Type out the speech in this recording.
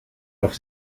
auf